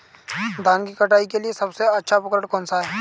धान की कटाई के लिए सबसे अच्छा उपकरण कौन सा है?